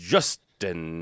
Justin